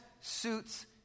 suits